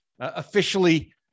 officially